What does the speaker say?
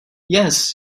yes